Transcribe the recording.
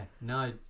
no